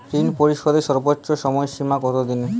ঋণ পরিশোধের সর্বোচ্চ সময় সীমা কত দিন?